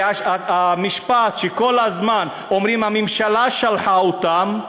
והמשפט שכל הזמן אומרים: הממשלה שלחה אותם,